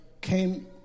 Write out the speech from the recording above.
came